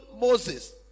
moses